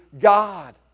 God